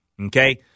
Okay